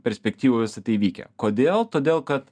perspektyvoj visa tai vykę kodėl todėl kad